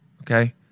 Okay